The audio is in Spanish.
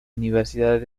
universidad